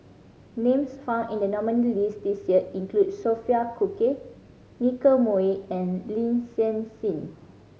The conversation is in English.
names found in the nominees' list this year include Sophia Cooke Nicky Moey and Lin San Hsin